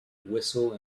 whistle